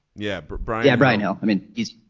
yeah. but brian. brian hill. i mean he's